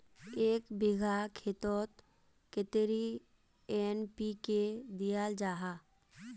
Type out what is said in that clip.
एक बिगहा खेतोत कतेरी एन.पी.के दियाल जहा?